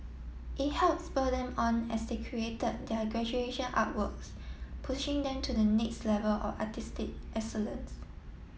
it help spur them on as they created their graduation artworks pushing them to the next level of artistic excellence